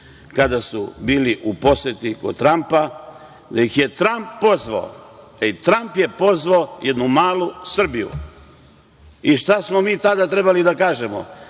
Kada su bili u poseti kod Trampa, kada ih je Tramp pozvao, Tramp je pozvao jednu malu Srbiju, šta smo mi tada trebali da kažemo?